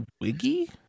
Wiggy